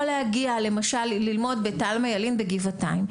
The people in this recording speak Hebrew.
להגיע למשל ללמוד בתלמה ילין בגבעתיים,